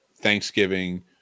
Thanksgiving